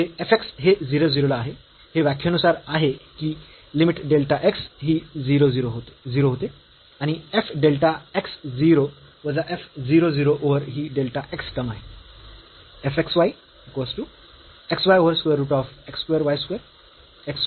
तर येथे f x हे 0 0 ला आहे हे व्याख्येनुसार आहे की लिमिट डेल्टा x ही 0 होते आणि f डेल्टा x 0 वजा f 0 0 ओव्हर ही डेल्टा x टर्म आहे